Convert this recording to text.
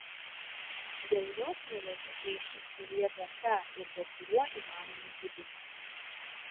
dėl jos mielai pakeisčiau savyje bet ką ir bet kuriuo įmanomu būdu